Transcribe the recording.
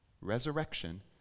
resurrection